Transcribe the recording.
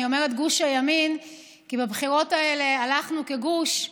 אני אומרת גוש הימין כי בבחירות האלה הלכנו כגוש.